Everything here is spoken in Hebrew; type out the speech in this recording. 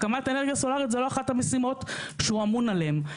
הקמת אנרגיה סולרית זאת לא אחת המשימות שהוא אמון עליהן,